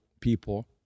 people